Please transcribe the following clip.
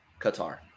Qatar